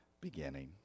beginning